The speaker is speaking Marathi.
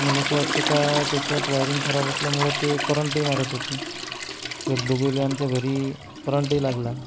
मला असं वाटतं की तिच्यातील वायरिंग खराब असल्यामुळे ते करंटही मारत होती एक आमच्या घरी करंटही लागला